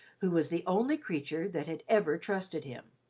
who was the only creature that had ever trusted him.